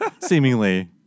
Seemingly